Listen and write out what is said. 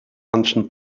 manchen